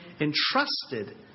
entrusted